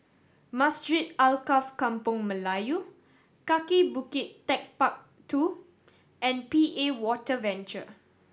Masjid Alkaff Kampung Melayu Kaki Bukit Techpark Two and P A Water Venture